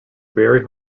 very